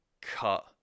cut